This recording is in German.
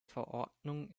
verordnung